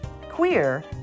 queer